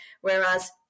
Whereas